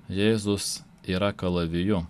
jėzus yra kalaviju